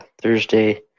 Thursday